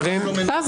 לא.